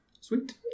Sweet